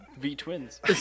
v-twins